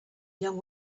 young